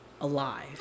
Alive